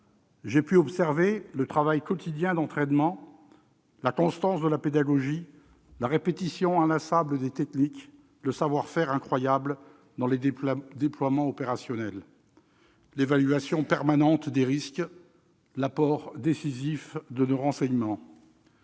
J'ai pu observer le travail quotidien d'entraînement, la constance de la pédagogie, la répétition inlassable des techniques, le savoir-faire incroyable dans les déploiements opérationnels, l'évaluation permanente des risques, l'apport décisif de nos renseignements